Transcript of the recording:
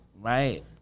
Right